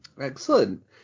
Excellent